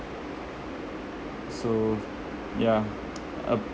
so yeah uh